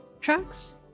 tracks